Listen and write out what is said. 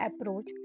approach